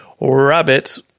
Rabbit